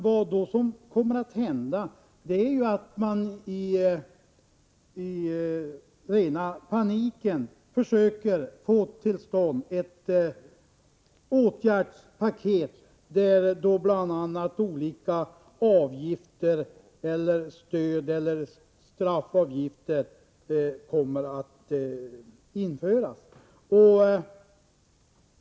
Vad som kommer att hända är att man i ren panik försöker få till stånd ett åtgärdspaket, där bl.a. olika avgifter, stöd eller straffavgifter kommer att införas.